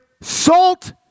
salt